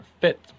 fit